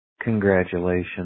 congratulations